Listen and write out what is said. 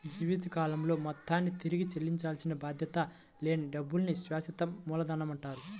జీవితకాలంలో మొత్తాన్ని తిరిగి చెల్లించాల్సిన బాధ్యత లేని డబ్బుల్ని శాశ్వత మూలధనమంటారు